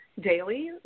daily